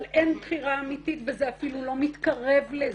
אבל אין בחירה אמיתית וזה אפילו לא מתקרב לזה.